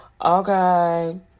Okay